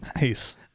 Nice